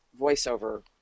voiceover